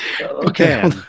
Okay